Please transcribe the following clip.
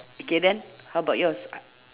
okay then how about yours